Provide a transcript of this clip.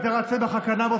הגדרת צמח הקנבוס,